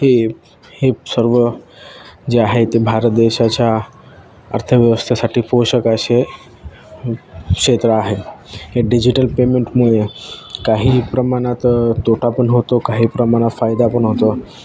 हे हे सर्व जे आहे ते भारत देशाच्या अर्थव्यवस्थेसाठी पोषक असे क्षेत्र आहेत हे डिजिटल पेमेंटमुळे काही प्रमाणात तोटा पण होतो काही प्रमाणात फायदा पण होतो